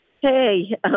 hey